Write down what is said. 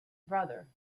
brother